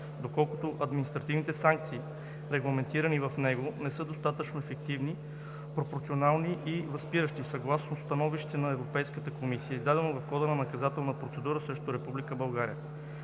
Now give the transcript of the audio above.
доколкото административните санкции, регламентирани в него, не са достатъчно ефективни, пропорционални и възпиращи, съгласно становище на Европейската комисия, издадено в хода на Наказателна процедура срещу